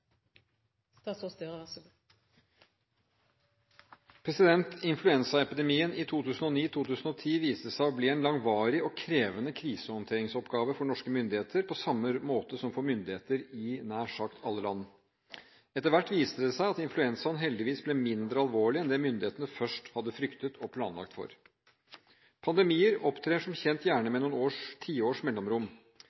i 2009–2010 viste seg å bli en langvarig og krevende krisehåndteringsoppgave for norske myndigheter på samme måte som for myndigheter i nær sagt alle land. Etter hvert viste det seg at influensaen heldigvis ble mindre alvorlig enn det myndighetene først hadde fryktet og planlagt for. Pandemier opptrer som kjent gjerne